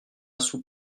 sous